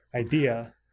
idea